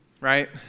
right